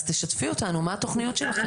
אז תשתפי אותנו מה התוכניות שלכם.